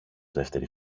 δεύτερη